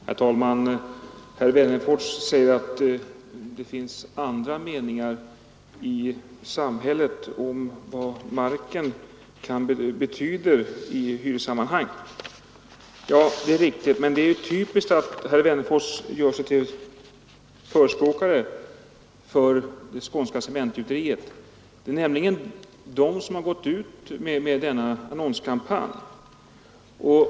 Herr talman! Herr Wennerfors säger att det finns andra meningar i samhället om vad marken betyder i hyressammanhang. Det är riktigt, men det är typiskt att herr Wennerfors gör sig till förespråkare för Skånska Cementgjuteriet — det är nämligen Skånska Cement som har gått ut med denna annonskampanj.